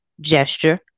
gesture